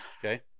Okay